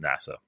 NASA